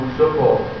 support